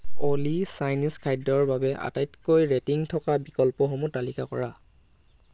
অ'লি Chinese খাদ্যৰ বাবে আটাইতকৈ ৰেটিং থকা বিকল্পসমূহ তালিকা কৰা